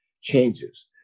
changes